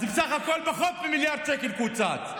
אז בסך הכול פחות ממיליארד שקל קוצצו.